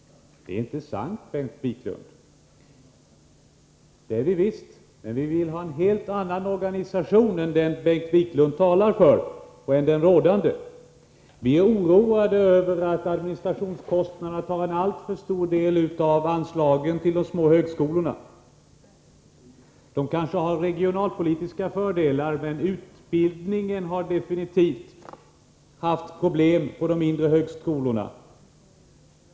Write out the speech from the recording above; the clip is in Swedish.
Det är inte sant, Bengt Wiklund -— det är vi visst! Men vi vill ha en helt annan organisation än den Bengt Wiklund talar för och än den rådande. Vi är oroade över att administrationskostnaderna tar en alltför stor del av anslagen till de små högskolorna. De kanske har regionalpolitiska fördelar, men utbildningen har definitivt haft problem på de mindre högskolorna.